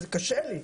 זה קשה לי.